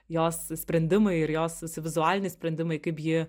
jos sprendimai ir jos visi vizualiniai sprendimai kaip ji